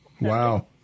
Wow